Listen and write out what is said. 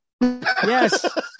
Yes